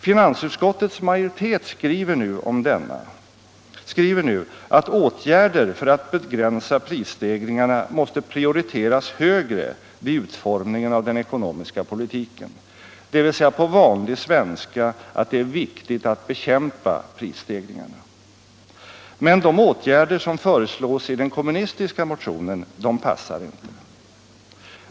Finansutskottets majoritet skriver nu att åtgärder ”för att begränsa prisstegringarna måste prioriteras högre vid utfromningen av den ekonomiska politiken”, dvs. på vanlig svenska att det är viktigt att bekämpa prisstegringarna. Men de åtgärder som föreslås i den kommunistiska motionen passar inte.